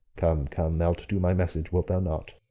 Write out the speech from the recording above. come, come thou'lt do my message, wilt thou not?